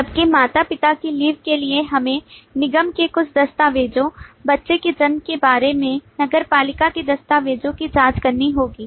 जबकि माता पिता की लीव के लिए हमें निगम के कुछ दस्तावेजों बच्चे के जन्म के बारे में नगरपालिका के दस्तावेजों की जांच करनी होगी